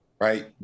right